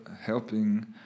helping